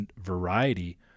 variety